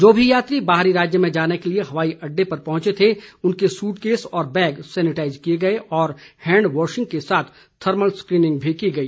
जो भी यात्री बाहरी राज्य में जाने के लिए हवाई अड्डे पर पहुंचे थे उनके सूट केस और बैग सेनिटाइज किए गए और हैंड वाशिंग के साथ थर्मल स्क्रीनिंग भी की गई